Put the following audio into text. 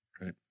Right